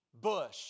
bush